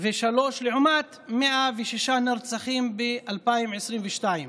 לעומת 106 נרצחים ב-2022,